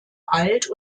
alt